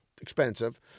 expensive